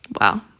Wow